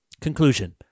Conclusion